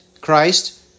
Christ